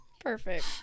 perfect